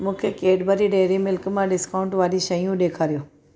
मूंखे Cadbury Dairy Milk मां discount वारियूं शयूं ॾेखारियो